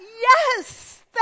yes